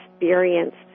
experienced